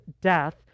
death